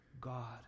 God